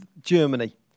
Germany